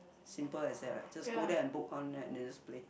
simple as that right just go there and book one net and just play